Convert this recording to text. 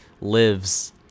lives